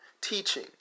teaching